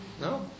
no